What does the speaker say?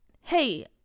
Hey